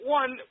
one